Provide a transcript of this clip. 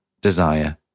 desire